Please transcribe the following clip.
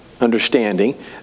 Understanding